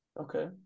Okay